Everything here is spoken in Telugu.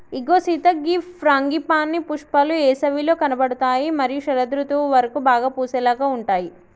ఇగో సీత గీ ఫ్రాంగిపానీ పుష్పాలు ఏసవిలో కనబడుతాయి మరియు శరదృతువు వరకు బాగా పూసేలాగా ఉంటాయి